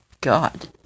God